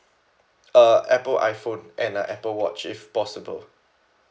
uh apple iphone and a apple watch if possible